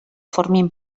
formin